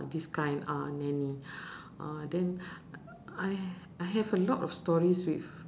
this kind ah nanny uh then I h~ I have a lot of stories with